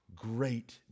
Great